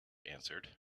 answered